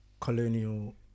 colonial